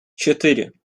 четыре